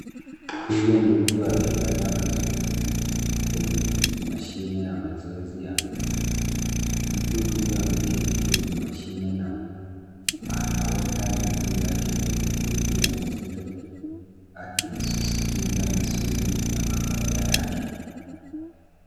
Huyu ni mtu akifanya mazoezi kwenye mashine ya mazoezi ya miguu. Mtu huyo ameketi kwenye mashine na anaweka miguu yake kwenye pedi ya uzito, akisisitiza misuri ya mapaja yake.